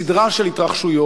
סדרה של התרחשויות,